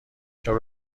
چرا